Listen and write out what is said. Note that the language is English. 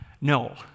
No